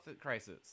crisis